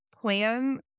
plan